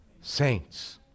Saints